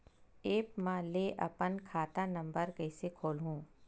App म ले अपन खाता नम्बर कइसे खोलहु?